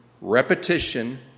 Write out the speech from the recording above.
repetition